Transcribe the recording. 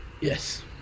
Yes